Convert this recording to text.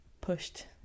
pushed